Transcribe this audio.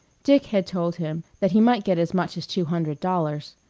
dick had told him that he might get as much as two hundred dollars.